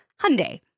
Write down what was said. Hyundai